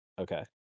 Okay